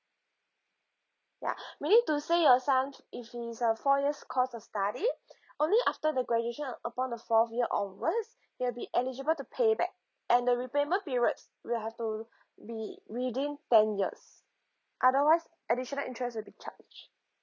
ya meaning to say your son if he's a four years course of study only after the graduation upon the fourth year onwards he'll be eligible to pay back and the repayment periods will have to be within ten years otherwise additional interest will be charged